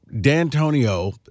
D'Antonio